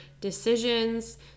decisions